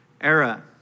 era